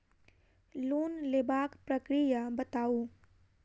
Loan लेबाक प्रक्रिया बताऊ?